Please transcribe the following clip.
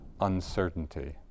uncertainty